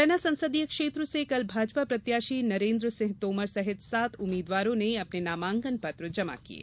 मुरैना संसदीय क्षेत्र से कल भाजपा प्रत्याशी नरेंद्र सिंह तोमर सहित सात उम्मीदवारों ने अपने नामांकन पत्र जमा किये